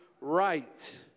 right